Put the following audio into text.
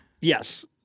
Yes